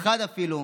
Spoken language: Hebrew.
אחד אפילו,